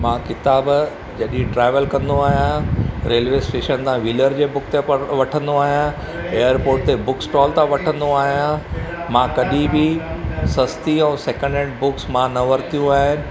मां किताब जॾहिं ट्रैवल कंदो आहियां रेलवे स्टेशन था वीलर जे बुक ते वठंदो आहियां एयरपोर्ट ते बुकस्टॉल था वठंदो आहियां मां कॾहिं बि सस्ती ऐं सैकेंड हैंड बुक्स मां न वरितियूं आहिनि